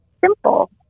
simple